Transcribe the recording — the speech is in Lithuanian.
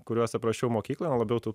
kuriuos aprašiau mokykloj labiau tų